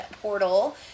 portal